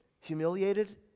humiliated